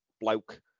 bloke